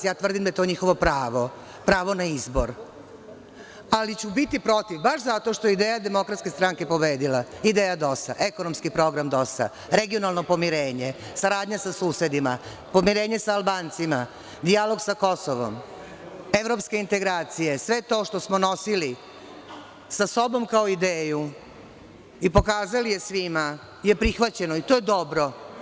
Ja tvrdim da je to njihovo pravo, pravo na izbor, ali ću biti protiv, baš zato što je ideja DS pobedila, ideja DOS-a, ekonomski program DOS-a, regionalno pomirenje, saradnja sa susedima, pomirenje sa Albancima, dijalog sa Kosovom, evropske integracije, sve to što smo nosili sa sobom kao ideju i pokazali je svima je prihvaćeno, i to je dobro.